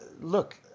Look